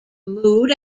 mood